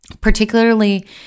particularly